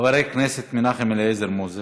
חבר הכנסת מנחם אליעזר מוזס.